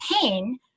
pain